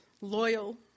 loyal